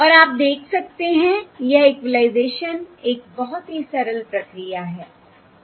और आप देख सकते हैं यह इक्वलाइजेशन एक बहुत ही सरल प्रक्रिया है